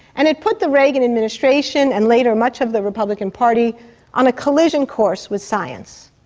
and it put the reagan administration and later much of the republican party on a collision course with science.